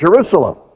Jerusalem